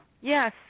yes